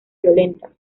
violentas